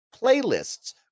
playlists